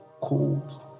cold